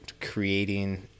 creating